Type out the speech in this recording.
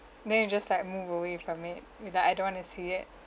then you just like move away from it you're like I don't want to see it